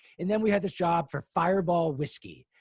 and then we had this job for fireball whiskey,